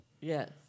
Yes